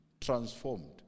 transformed